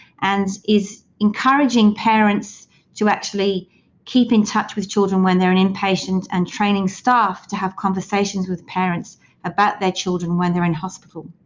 and encourages parents to actually keep in touch with children when they're an in-patient and training staff to have conversations with parents about their children when they're in hospital.